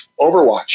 overwatch